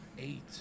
Eight